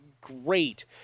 great